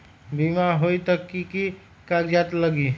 बिमा होई त कि की कागज़ात लगी?